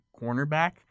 cornerback